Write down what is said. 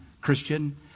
Christian